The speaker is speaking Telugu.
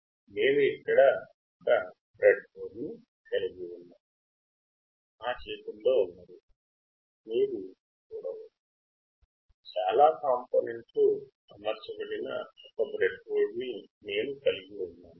నా దగ్గర బ్రెడ్బోర్డ్ ఉంది